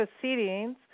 proceedings